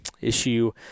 issue